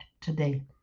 today